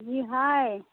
जी हइ